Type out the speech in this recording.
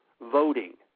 voting